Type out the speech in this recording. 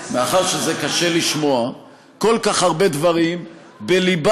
מאחר שזה קשה לשמוע כל כך הרבה דברים בליבת